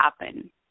happen